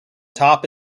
top